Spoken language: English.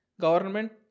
Government